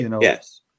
Yes